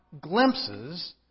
glimpses